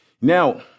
Now